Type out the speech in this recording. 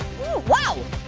whoa.